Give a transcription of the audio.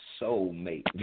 soulmate